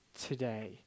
today